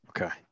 Okay